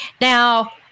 Now